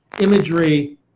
imagery